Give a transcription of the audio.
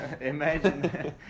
Imagine